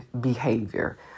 behavior